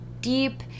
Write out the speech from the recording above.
deep